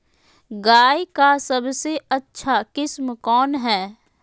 गाय का सबसे अच्छा किस्म कौन हैं?